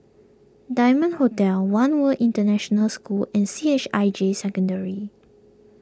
Diamond Hotel one World International School and C H I J Secondary